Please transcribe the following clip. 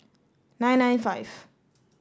nine nine five